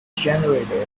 generator